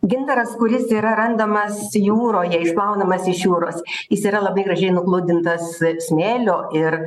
gintaras kuris yra randamas jūroje išplaunamas iš jūros jis yra labai gražiai nugludintas smėlio ir